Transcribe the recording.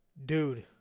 Dude